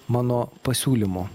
mano pasiūlymu